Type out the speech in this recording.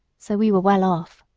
so we were well off.